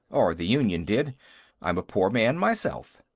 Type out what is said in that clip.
or the union did i'm a poor man, myself.